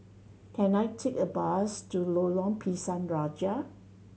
can I take a bus to Lorong Pisang Raja